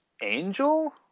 Angel